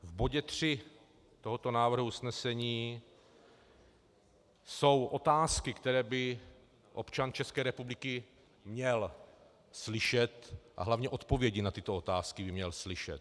V bodě 3 tohoto návrhu usnesení jsou otázky, které by občan ČR měl slyšet, a hlavně odpovědi na tyto otázky by měl slyšet.